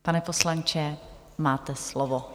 Pane poslanče, máte slovo.